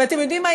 ואתם יודעים מה?